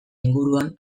inguruan